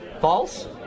False